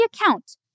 account